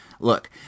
Look